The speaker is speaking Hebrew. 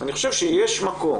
אני חושב שיש מקום